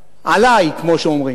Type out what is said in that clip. עלי, כמו שאומרים.